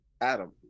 Adam